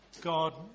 God